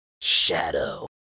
shadow